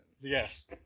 Yes